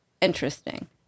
interesting